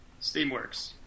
Steamworks